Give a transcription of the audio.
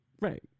Right